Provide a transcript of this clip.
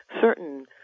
certain